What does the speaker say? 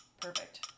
perfect